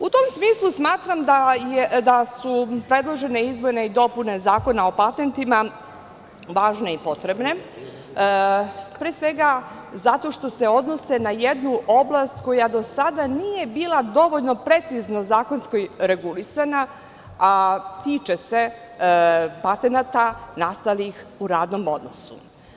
U tom smislu smatram da su predložene izmene i dopune zakona o patentima važne i potrebne, pre svega zato što se odnose na jednu oblast koja do sada nije bila dovoljno precizno zakonom regulisana, a tiče se patenata nastalih u radnom odnosu.